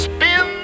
Spin